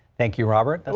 thank you robert, but